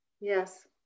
yes